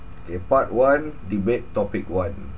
K part one debate topic one